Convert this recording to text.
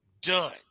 done